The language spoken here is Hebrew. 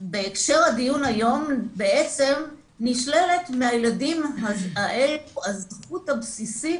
ובהקשר לדיון היום בעצם נשללת מהילדים האלה הזכות הבסיסית,